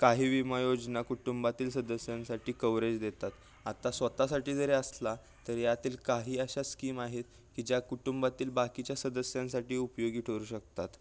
काही विमायोजना कुटुंबातील सदस्यांसाठी कवरेज देतात आता स्वतःसाठी जरी असला तरी यातील काही अशा स्कीम आहेत की ज्या कुटुंबातील बाकीच्या सदस्यांसाठी उपयोगी ठरू शकतात